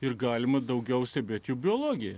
ir galima daugiau stebėti jų biologiją